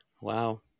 Wow